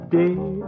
day